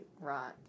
Right